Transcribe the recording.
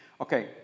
Okay